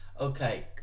Okay